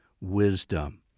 wisdom